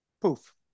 poof